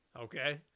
Okay